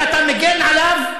אם אתה מגן עליו,